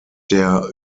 der